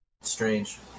Strange